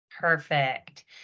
Perfect